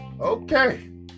Okay